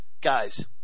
guys